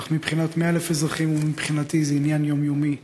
אך מבחינת 100,000 אזרחים ומבחינתי זה עניין יומיומי.